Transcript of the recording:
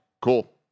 Cool